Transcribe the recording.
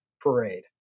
parade